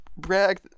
brag